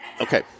Okay